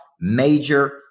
major